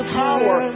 power